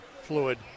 fluid